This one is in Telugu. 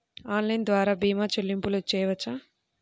ఆన్లైన్ ద్వార భీమా చెల్లింపులు చేయవచ్చా?